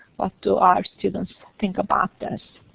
what do our students think about this?